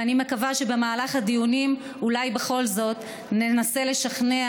ואני מקווה שבמהלך הדיונים אולי בכל זאת ננסה לשכנע